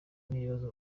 n’ibibazo